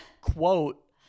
quote